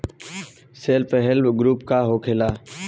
Self help group का होखेला?